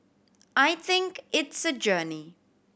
I think it's a journey